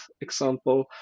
example